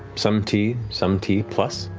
some tea, some tea plus,